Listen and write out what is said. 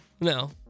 No